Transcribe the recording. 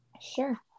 Sure